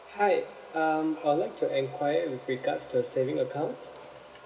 hi um I would like to enquire with regards to a saving account